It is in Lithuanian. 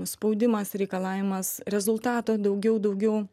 spaudimas reikalavimas rezultato daugiau daugiau